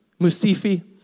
Musifi